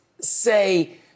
say